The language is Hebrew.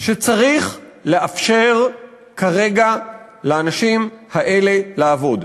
שצריך לאפשר כרגע לאנשים האלה לעבוד.